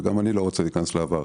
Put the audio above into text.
וגם אני לא רוצה להיכנס לעבר,